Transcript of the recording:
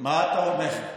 מה אתה אומר?